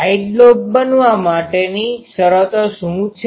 side lobe બનવા માટેની શરતો શુ છે